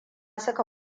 suka